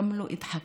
(אומרת בערבית: